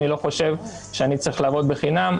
אני לא חושב שאני צריך לעבוד בחינם.